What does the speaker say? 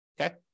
Okay